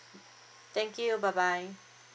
thank you bye bye